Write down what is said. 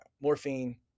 morphine